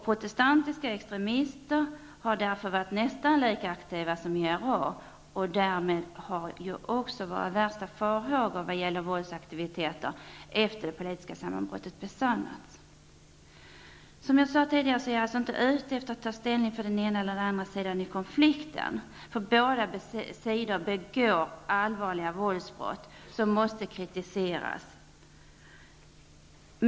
Protestantiska extremister har varit nästan lika aktiva som IRA, och därmed har också de värsta farhågorna vad gäller våldsaktiviteter besannats efter det politiska sammanbrottet. Som jag sade tidigare är jag alltså inte ute efter att man skall ta ställning för den ena eller andra sidan i konflikten. Båda sidor begår allvarliga våldsbrott som måste kritiseras.